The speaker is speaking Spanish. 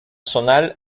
zonal